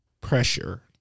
Pressure